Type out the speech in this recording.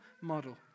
model